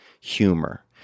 humor